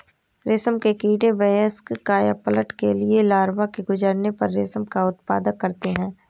रेशम के कीड़े वयस्क कायापलट के लिए लार्वा से गुजरने पर रेशम का उत्पादन करते हैं